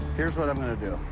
here's what i'm gonna do.